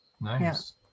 Nice